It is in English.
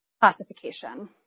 classification